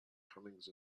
comings